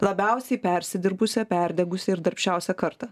labiausiai persidirbusią perdegusią ir darbščiausią kartą